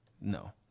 No